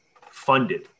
funded